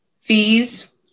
Fees